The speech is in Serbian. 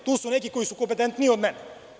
Tu su neki koji su kompetentniji od mene.